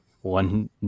One